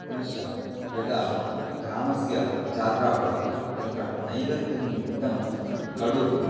पुनश्च यदा ग्रामस्य जात्रा भवति तत्र नैवद्यं निमित्तं कडुबु